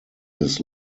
his